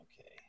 Okay